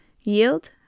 Yield